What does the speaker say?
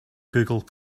google